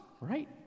right